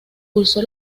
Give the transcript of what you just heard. cursó